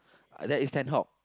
that is sand hog